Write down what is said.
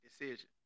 decision